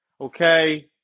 okay